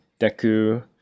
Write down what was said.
Deku